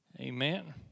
Amen